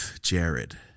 Jared